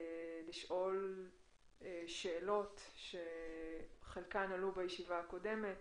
ולשאול שאלות, שחלקן עלו בישיבה הקודמת